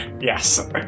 Yes